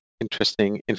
interesting